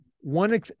One